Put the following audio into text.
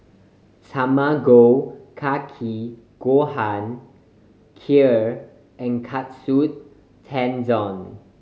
Tamago Kake Gohan Kheer and Katsu Tendon